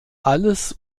alles